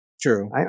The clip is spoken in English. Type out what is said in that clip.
True